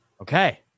Okay